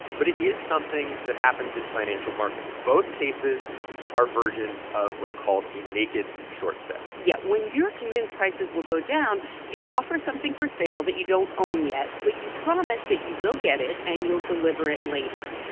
but it is something that happens in financial markets. both cases are versions of what's called a naked short sale yeah. when you're convinced prices will go down, you offer something for sale that you don't own yet. but you promise that you will get it, and you'll deliver it later.